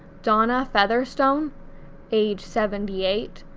donna featherstone age seventy eight,